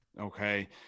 okay